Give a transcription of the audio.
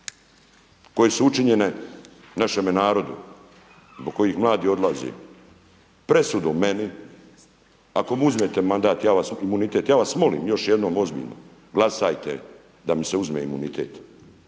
koje su učinjene našemu narodu zbog kojih mladi odlaze. Presudom meni ako mi uzmete mandat, imunitet ja vas molim još jednom ozbiljno glasajte da mi se uzme imunitet